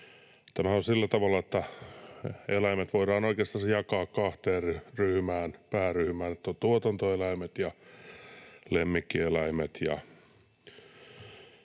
On sillä tavalla, että eläimet voidaan oikeastansa jakaa kahteen pääryhmään — tuotantoeläimet ja lemmikkieläimet